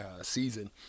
season